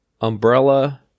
umbrella